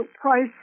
price